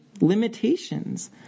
limitations